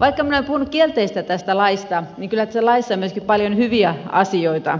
vaikka minä olen puhunut kielteistä tästä laista niin kyllä tässä laissa on myöskin paljon hyviä asioita